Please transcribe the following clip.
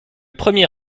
premier